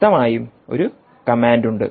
വ്യക്തമായും ഒരു കമാൻഡ് ഉണ്ട്